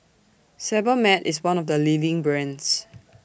Sebamed IS one of The leading brands